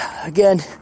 Again